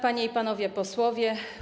Panie i Panowie Posłowie!